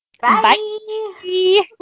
bye